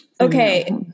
Okay